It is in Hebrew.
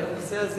אבל בנושא הזה,